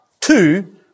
two